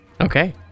Okay